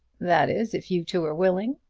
that is, if you two are willing.